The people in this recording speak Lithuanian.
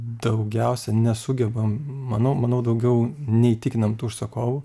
daugiausia nesugebam manau manau daugiau neįtikinam tų užsakovų